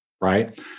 right